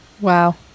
Wow